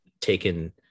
taken